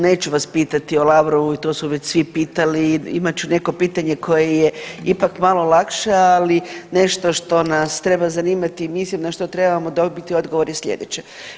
Neću vas pitati o Lavrovu i to su već svi pitali, imat ću neko pitanje koje je ipak malo lakše, ali nešto što nas treba zanimati i mislim na što trebamo dobiti odgovor je sljedeće.